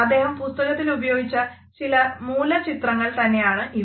അദ്ദേഹം പുസ്തകത്തിൽ ഉപയോഗിച്ച മൂല ചിത്രങ്ങൾ തന്നെയാണ് ഇവ